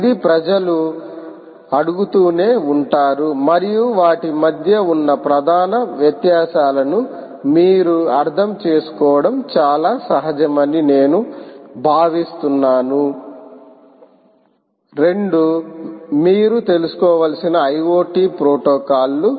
ఇది ప్రజలు అడుగుతూనే ఉంటారు మరియు వాటి మధ్య ఉన్న ప్రధాన వ్యత్యాసాలను మీరు అర్థం చేసుకోవడం చాలా సహజమని నేను భావిస్తున్నాను రెండూ మీరు తెలుసుకోవలసిన IoT ప్రోటోకాల్లు